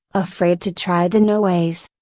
afraid to try the new ways.